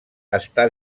està